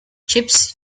chips